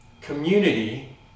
community